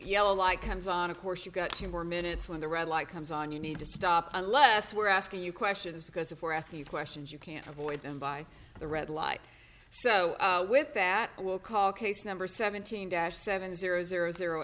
yellow light comes on of course you've got two more minutes when the red light comes on you need to stop unless we're asking you questions because if we're asking questions you can't avoid them by the red light so with that we'll call case number seventeen dash seven